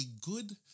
good